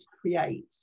create